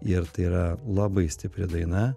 ir tai yra labai stipri daina